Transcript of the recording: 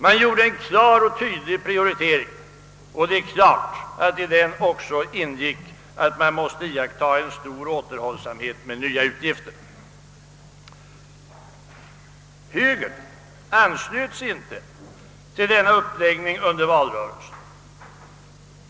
Man gjorde en klar och tydlig prioritering, och i denna ingick också att stor återhållsamhet med nya utgifter måste iakttagas. Högern anslöt sig inte till denna uppläggning under valrörelsen.